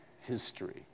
history